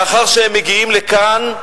לאחר שהם מגיעים לכאן,